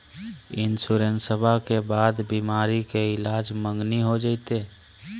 इंसोरेंसबा के बाद बीमारी के ईलाज मांगनी हो जयते?